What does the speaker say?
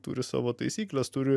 turi savo taisykles turi